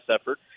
effort